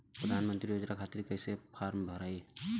प्रधानमंत्री योजना खातिर कैसे फार्म भराई?